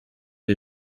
les